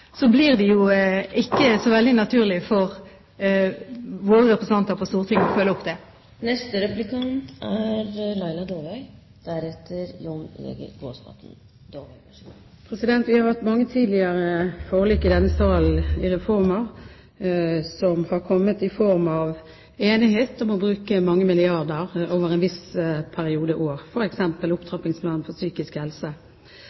så veldig naturlig for våre representanter på Stortinget å følge opp dette. Vi har hatt mange tidligere forlik i denne salen om reformer, som har kommet i form av enighet om å bruke mange milliarder over et visst antall år, f.eks. i forbindelse med Opptrappingsplanen for psykisk helse. Jeg regner med at Regjeringen mener at en